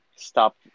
Stop